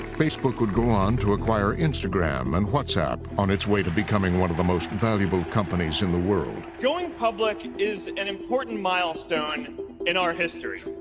facebook would go on to acquire instagram and whatsapp on its way to becoming one of the most valuable companies in the world. going public is an important milestone in our history.